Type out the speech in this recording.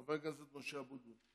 חבר הכנסת משה אבוטבול.